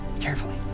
Carefully